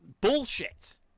bullshit